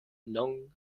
non